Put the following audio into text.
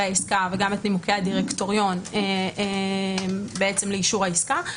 העסקה וגם את נימוקי הדירקטוריון בעצם לאישור העסקה,